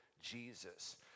Jesus